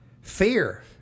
Fear